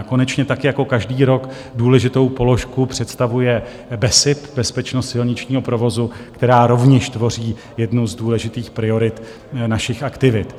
Konečně tak jako každý rok důležitou položku představuje BESIP, bezpečnost silničního provozu, která rovněž tvoří jednu z důležitých priorit našich aktivit.